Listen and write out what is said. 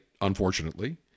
unfortunately